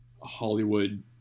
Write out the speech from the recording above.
Hollywood